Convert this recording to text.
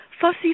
Fussy